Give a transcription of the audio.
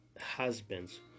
husbands